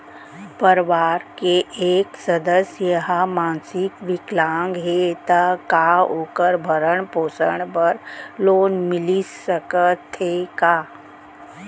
परवार के एक सदस्य हा मानसिक विकलांग हे त का वोकर भरण पोषण बर लोन मिलिस सकथे का?